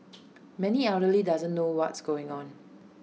many elderly doesn't know what's going on